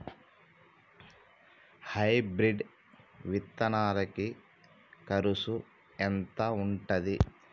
Hybrid విత్తనాలకి కరుసు ఎంత ఉంటది?